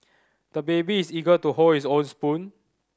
the baby is eager to hold his own spoon